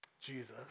Jesus